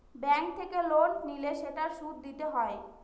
bank থেকে loan নিলে সেটার সুদ দিতে হয়